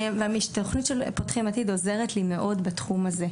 והתוכנית של "פותחים עתיד" עוזרת לי מאוד בתחום הזה.